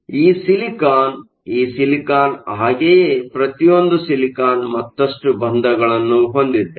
ಈ ಸಿಲಿಕಾನ್ ಈ ಸಿಲಿಕಾನ್ ಹಾಗೆಯೇ ಪ್ರತಿಯೊಂದು ಸಿಲಿಕಾನ್ ಮತ್ತಷ್ಟು ಬಂಧಗಳನ್ನು ಹೊಂದಿದೆ